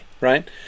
right